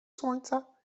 słońca